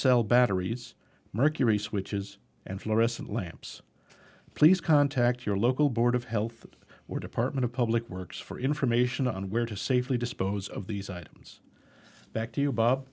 cell batteries mercury switches and fluorescent lamps please contact your local board of health or department of public works for information on where to safely dispose of these items back to you bob